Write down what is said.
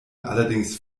allerdings